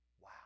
Wow